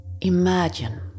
Imagine